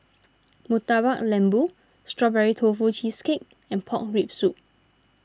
Murtabak Lembu Strawberry Tofu Cheesecake and Pork Rib Soup